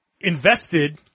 invested